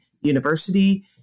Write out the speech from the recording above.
university